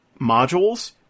modules